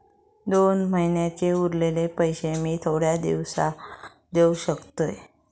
दोन महिन्यांचे उरलेले पैशे मी थोड्या दिवसा देव शकतय?